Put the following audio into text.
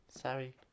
Sorry